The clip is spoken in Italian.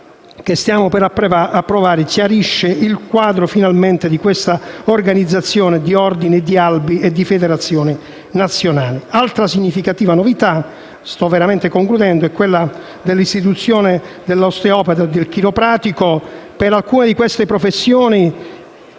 che stiamo per approvare chiarisca finalmente il quadro di questa organizzazione di ordini, albi e federazioni nazionali. Altra significativa novità è quella dell'istituzione dell'osteopata e del chiropratico. Per alcune di queste professioni